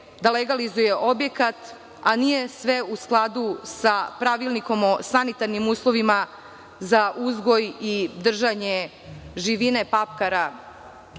da legalizuje objekat, a nije sve u skladu sa Pravilnikom o sanitarnim uslovima za uzgoj i držanje živine, papkara?